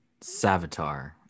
Savitar